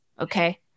Okay